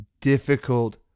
difficult